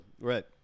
Right